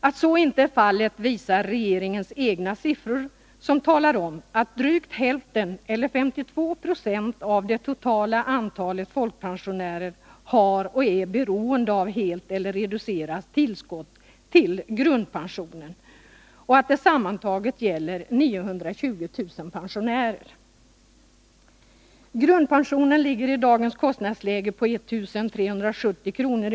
Att så inte är fallet visar regeringens egna siffror, som talar om att drygt hälften eller 52 96 av det totala antalet folkpensionärer har och är beroende av helt eller reducerat tillskott till grundpensionen och att det sammantaget gäller 920 000 pensionärer. Grundpensionen ligger i dagens kostnadsläge på 1 370 kr.